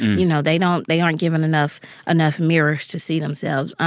you know, they don't they aren't given enough enough mirrors to see themselves.